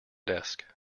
desk